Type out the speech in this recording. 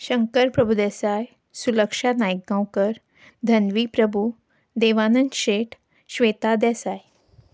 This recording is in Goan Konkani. शंकर प्रभुदेसाय सुलक्षा नायक गांवकर धनवी प्रभू देवानंद शेट श्वेता देसाय